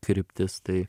kryptis tai